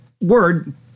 word